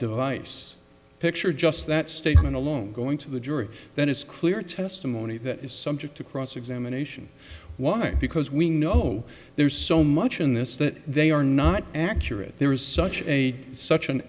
device picture just that statement alone going to the jury that it's clear testimony that is subject to cross examination why because we know there's so much in this that they are not accurate there is such a such an